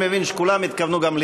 ותועבר לוועדת העבודה,